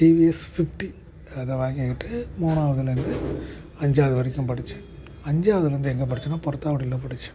TVS fifty அதை வாங்கிக்கிட்டு மூணாவதிலேருந்து அஞ்சாவது வரைக்கும் படித்தேன் அஞ்சாவதிலேருந்து எங்கே படித்தேனா புறத்தாக்குடியில் படித்தேன்